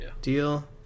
deal